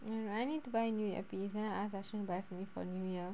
ya I need to buy new earpiece then I ask dasson to buy for me for new year